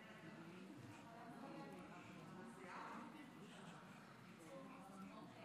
חברי הכנסת, להלן תוצאות ההצבעה: בעד,